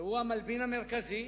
והוא המלבין המרכזי